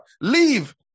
Leave